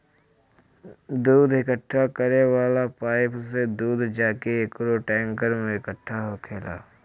दूध इकट्ठा करे वाला पाइप से दूध जाके एकठो टैंकर में इकट्ठा होखेला